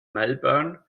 melbourne